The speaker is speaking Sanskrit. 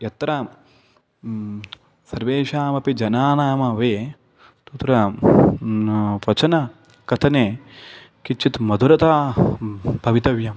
यत्र सर्वेषामपि जनानामेव तत्र वचने कथने किञ्चित् मधुरता भवितव्या